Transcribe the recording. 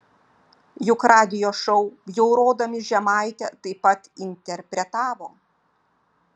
juk radijo šou bjaurodami žemaitę taip pat interpretavo